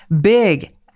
big